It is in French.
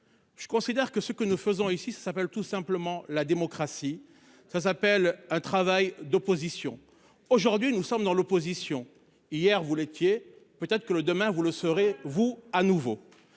Je considère que ce que nous faisons ici. Ça s'appelle tout simplement la démocratie ça s'appelle un travail d'opposition. Aujourd'hui nous sommes dans l'opposition. Hier vous l'étiez peut-être que le demain, vous le serez-vous à nouveau.